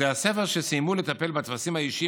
בתי הספר שסיימו לטפל בטפסים האישיים